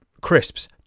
crisps